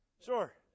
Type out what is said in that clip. sure